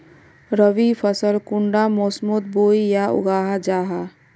रवि फसल कुंडा मोसमोत बोई या उगाहा जाहा?